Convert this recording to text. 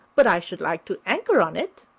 but i should like to anchor on it.